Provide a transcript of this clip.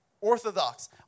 orthodox